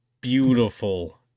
beautiful